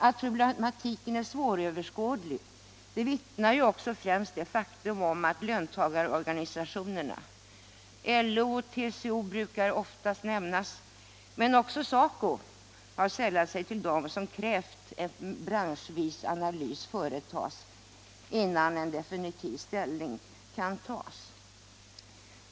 Att problematiken är svåröverskådlig vittnar ju också främst det faktum om att löntagarorganisationerna — LO och TCO brukar oftast nämnas, men också SACO har i detta fall sällat sig till dem — har krävt att en branschvis analys skall företas innan definitiv ställning tas.